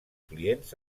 clients